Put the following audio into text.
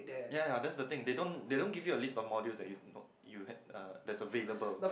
ya ya that's the thing they don't they don't give you a list of modules that you no you had uh that's available